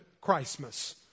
Christmas